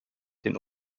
den